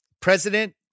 president